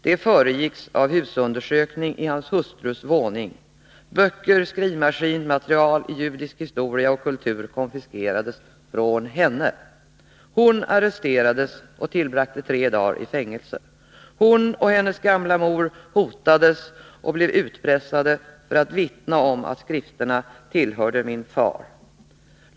Detta föregicks av husundersökning i hans hustrus våning. Böcker, skrivmaskin, material i judisk historia och kultur konfiskerades från henne. Hon arresterades och tillbragte tre dagar i fängelse. Hon och hennes gamla mor hotades och blev utpressade för att vittna om att skrifterna tillhörde min far.